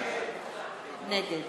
נגד